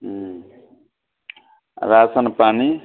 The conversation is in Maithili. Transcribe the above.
हुँ राशन पानी